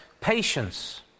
patience